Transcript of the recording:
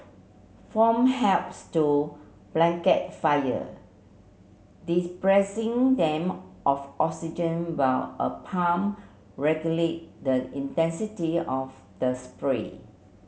foam helps to blanket fire them of oxygen while a pump regulate the intensity of the spray